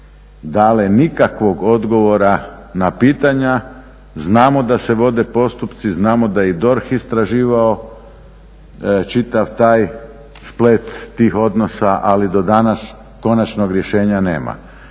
dale nikakvog odgovora na pitanja. Znamo da se vode postupci, znamo da je i DORH istraživao čitav taj splet tih odnosa, ali do danas konačnog rješenja nema.